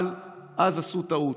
אבל אז עשו טעות,